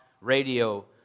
radio